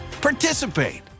participate